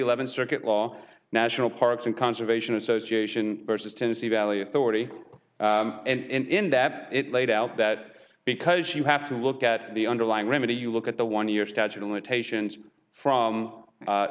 eleventh circuit law national parks and conservation association versus tennessee valley authority and in that it laid out that because you have to look at the underlying remedy you look at the one year statute of limitations from